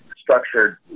structured